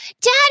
Daddy